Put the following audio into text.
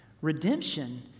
redemption